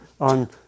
on